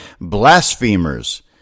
blasphemers